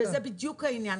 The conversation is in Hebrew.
וזה בדיוק העניין,